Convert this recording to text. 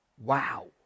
Wow